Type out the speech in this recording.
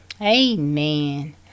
Amen